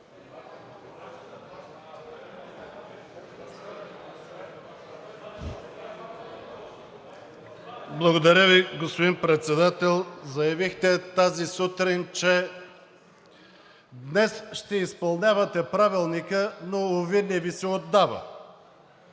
Благодаря Ви, господин Председател. Заявихте тази сутрин, че днес ще изпълнявате Правилника, но уви, не Ви се удава.